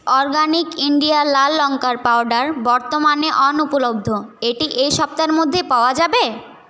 organic India লাল লঙ্কার powder বর্তমানে অনুপলব্ধ এটি এই সপ্তাহের মধ্যে পাওয়া যাবে